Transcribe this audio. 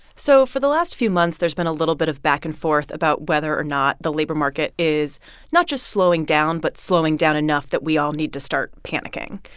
so for the last few months, there's been a little bit of back-and-forth about whether or not the labor market is not just slowing down, but slowing down enough that we all need to start panicking.